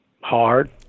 hard